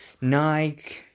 Nike